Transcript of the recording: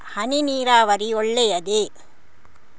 ಹನಿ ನೀರಾವರಿ ಒಳ್ಳೆಯದೇ?